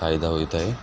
ଫାଇଦା ହୋଇଥାଏ